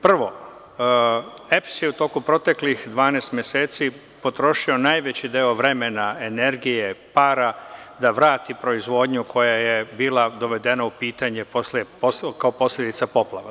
Prvo, EPS je u toku proteklih 12 meseci potrošio najveći deo vremena, energije, para da vrati proizvodnju koja je bila dovedena u pitanje, kao posledica poplava.